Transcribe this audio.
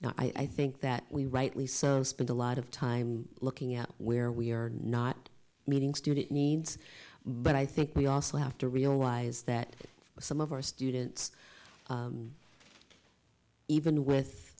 now i think that we rightly so spend a lot of time looking at where we are not meeting student needs but i think we also have to realize that some of our students even with